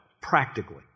practically